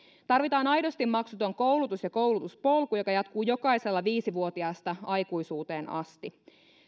tarvitaan aidosti maksuton koulutus ja koulutuspolku joka jatkuu jokaisella viisivuotiaasta aikuisuuteen asti